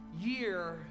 year